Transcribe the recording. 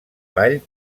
ball